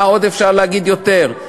מה אפשר להגיד יותר?